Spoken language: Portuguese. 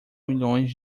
milhões